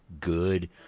good